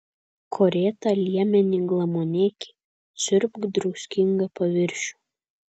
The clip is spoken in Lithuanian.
korėtą liemenį glamonėki siurbk druskingą paviršių